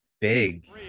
big